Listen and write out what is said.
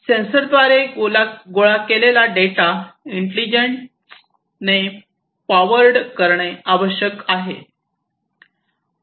सेन्सरद्वारे गोळा केलेला डेटा इंटेलिजन्स ने पॉवर करणे आवश्यक आहे